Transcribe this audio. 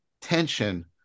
tension